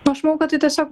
aš manau kad tai tiesiog